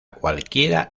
cualquiera